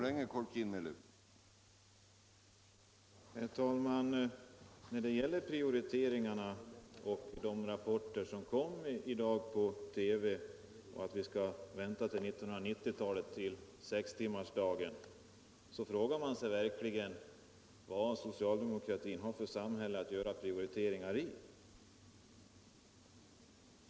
Herr talman! När det gäller prioriteringarna frågar man sig verkligen efter de rapporter som kom i dag på TV -— att vi skall vänta till 1990-talet med sextimmarsdagen — vad socialdemokratin har för samhälle att göra prioriteringar i.